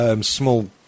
small